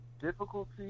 difficulty